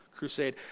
crusade